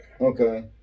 Okay